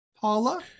Paula